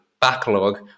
backlog